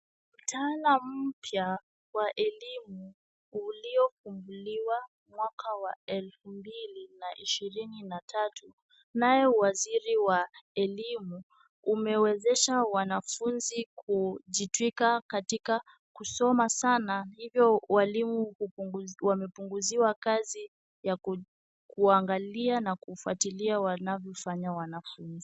Mtaalamu mpya wa elimu uliofunguliwa mwaka wa elfu mbili na ishirini na tatu nae waziri wa elimu umeezesha wanafunzi kujitwika katika kusoma Sana ivyo walimu wamepunguziwa kazi ya kuwaangalia na kufuatilia wanavyofanya wanafunzi.